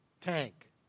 tank